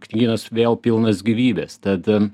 knygynas vėl pilnas gyvybės tad